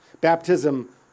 Baptism